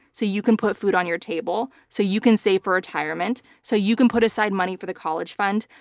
so you can put food on your table, so you can save for retirement, so you can put aside money for the college fund,